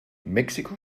mexiko